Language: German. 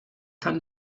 kann